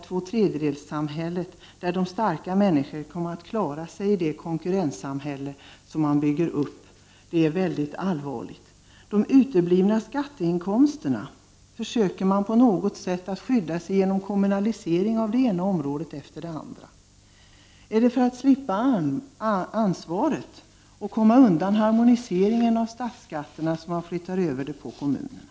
Tvåtredjedelssamhället och konkurrenssamhället, som man nu bygger upp, där bara de starka människorna kommer att klara sig, är någonting mycket allvarligt. De uteblivna skatteinkomsterna försöker man på något sätt kompensera genom kommunalisering av det ena området efter det andra. Är det för att slippa ansvaret och för att komma undan konsekvenserna av harmoniseringen av statsskatterna som man flyttar över ansvaret på kommunerna?